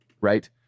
right